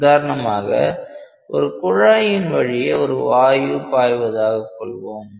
உதாரணமாக ஒரு குழாயின் வழியே ஒரு வாயு பாய்வதாக கொள்வோம்